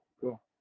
Cool